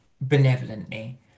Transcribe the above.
benevolently